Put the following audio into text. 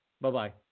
Bye-bye